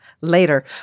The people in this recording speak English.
later